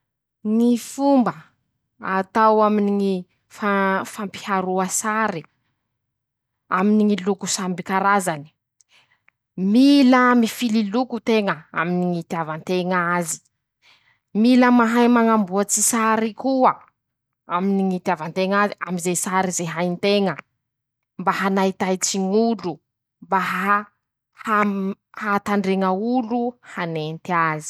Ñy fomba atao aminy ñy fan fampiharoa sary, aminy ñy loko samby karazany: -Mila mifily loko nteña, aminy ñy itiava nteñ'azy. -Mila mahay mañamboatsy sary koa, aminy ñ'itiava nteña zay, am'izay sary zay hay nteña, mba hanaitaitsy ñ'olo, mba aham hatandreña olo hanenty az.